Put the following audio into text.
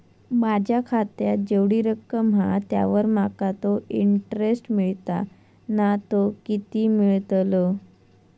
माझ्या खात्यात जेवढी रक्कम हा त्यावर माका तो इंटरेस्ट मिळता ना तो किती मिळतलो?